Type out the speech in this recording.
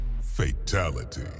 Fatality